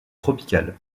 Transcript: tropicales